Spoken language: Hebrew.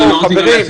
לא תוכלו להיות איתנו,